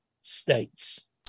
states